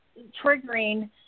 triggering